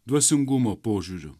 dvasingumo požiūriu